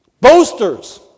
boasters